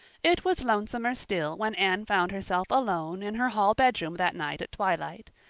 it was lonesomer still when anne found herself alone in her hall bedroom that night at twilight.